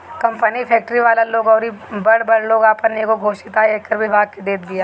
company, factory वाला लोग अउरी बड़ बड़ लोग आपन एगो घोषित आय आयकर विभाग के देत बिया